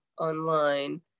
online